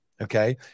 Okay